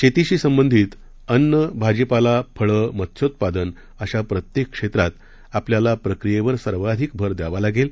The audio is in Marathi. शेतीशी संबधित अन्न भाजीपाला फळं मत्सोत्पादन अशा प्रत्येक क्षेत्रात आपल्याला प्रक्रियेवर सर्वाधिक भर द्यावा लागेल